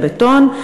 הבטון,